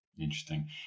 Interesting